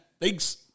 Thanks